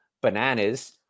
bananas